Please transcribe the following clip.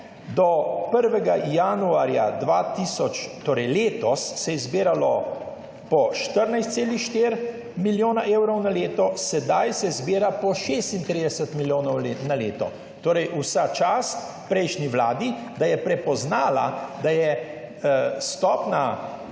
Do 1. januarja letos se je zbiralo po 14,4 milijona evrov na leto, sedaj se zbira po 36 milijonov na leto. Torej vsa čast prejšnji vladi, da je prepoznala, da je stopnja